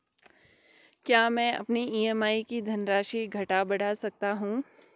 क्या मैं अपनी ई.एम.आई की धनराशि घटा बढ़ा सकता हूँ?